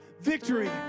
victory